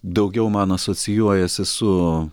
daugiau man asocijuojasi su